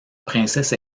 princesse